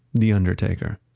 the undertaker,